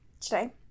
today